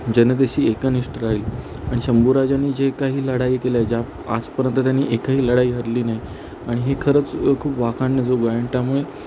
जनतेशी एकनिष्ठ राहील आणि शंभू राजांनी जे काही लढाई केल्या ज्या आजपर्यंत त्यांनी एकही लढाई हरली नाही आणि हे खरंच खूप वाखाणण्या जोगं आहे आणि त्यामुळे